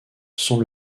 sont